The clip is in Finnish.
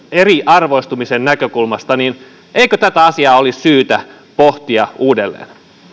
eriarvoistumisen näkökulmasta niin eikö tätä asiaa olisi syytä pohtia uudelleen